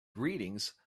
greetings